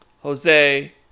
Jose